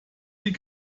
die